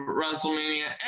Wrestlemania